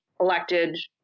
elected